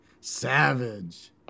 Savage